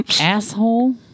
Asshole